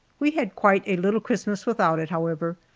we had quite a little christmas without it, however,